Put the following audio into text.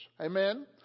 Amen